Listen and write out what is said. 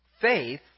faith